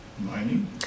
Mining